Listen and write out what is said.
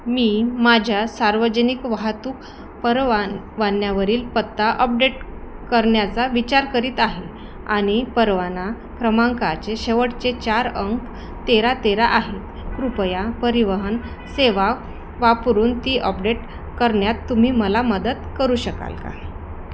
मी माझ्या सार्वजनिक वाहतूक परवा वान्यावरील पत्ता अपडेट करण्याचा विचार करत आहे आणि परवाना क्रमांकाचे शेवटचे चार अंक तेरा तेरा आहे कृपया परिवहन सेवा वापरून ती अपडेट करण्यात तुम्ही मला मदत करू शकाल का